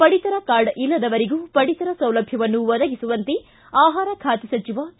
ಪಡಿತರ ಕಾರ್ಡ್ ಇಲ್ಲದವರಿಗೂ ಪಡಿತರ ಸೌಲಭ್ಯವನ್ನು ಒದಗಿಸುವಂತೆ ಆಹಾರ ಖಾತೆ ಸಚಿವ ಕೆ